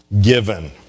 given